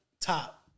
top